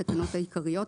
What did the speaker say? התקנות העיקריות),